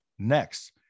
next